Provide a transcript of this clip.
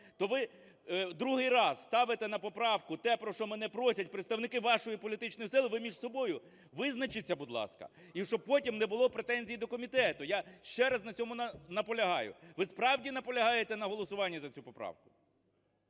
То ви другий раз ставите на поправку те, про що мене просять представники вашої політичної сили. Ви між собою визначіться, будь ласка, і щоб потім не було претензій до комітету. Я ще раз на цьому наполягаю. Ви справді наполягаєте на голосуванні за цю поправку?